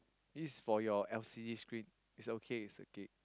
this is for your L_C_D screen it's okay it's okay